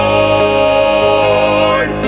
Lord